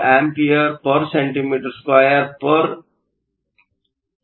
Be 45 A cm 2 K 2 ಇದೆ